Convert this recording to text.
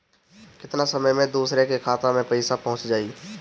केतना समय मं दूसरे के खाता मे पईसा पहुंच जाई?